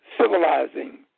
civilizing